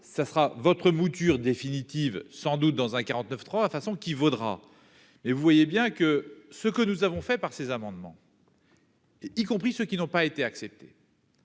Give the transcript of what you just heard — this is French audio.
ça sera votre mouture définitive sans doute dans un 49 3 façon qui vaudra mais vous voyez bien que ce que nous avons fait par ces amendements. Y compris ceux qui n'ont pas été accepté.